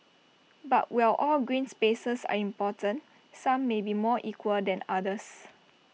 but while all green spaces are important some may be more equal than others